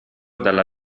dalla